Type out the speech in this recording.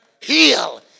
Heal